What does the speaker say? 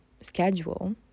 schedule